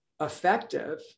effective